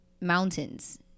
mountains